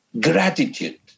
Gratitude